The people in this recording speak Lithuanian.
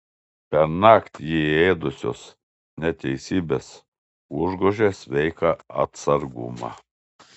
pernakt jį ėdusios neteisybės užgožė sveiką atsargumą